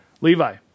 Levi